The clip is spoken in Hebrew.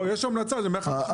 יש המלצה ל-150 אלף.